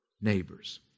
neighbors